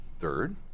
third